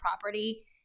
property